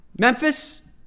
Memphis